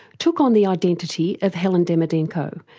took on the identity of helen demidenko,